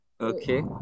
Okay